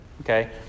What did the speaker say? okay